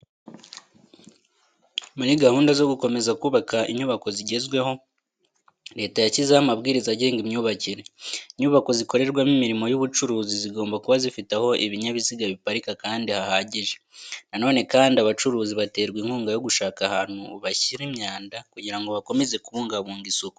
Muri gahunda zo gukomeza kubaka inyubako zigezweho, Leta yashyizeho amabwiriza agenga imyubakire. Inyubako zikorerwamo imirimo y'ubucuruzi zigomba kuba zifite aho ibinyabiziga biparika kandi hahagije. Na none kandi, abacuruzi baterwa inkunga yo gushaka ahantu bashyira imyanda kugira ngo bakomeze kubungabunga isuku.